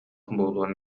буолуон